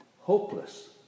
Hopeless